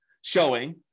showing